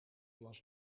was